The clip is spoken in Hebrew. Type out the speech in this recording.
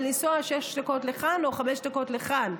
זה לנסוע שש דקות לכאן או חמש דקות לכאן.